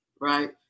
Right